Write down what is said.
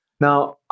Now